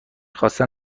خواستن